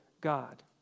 God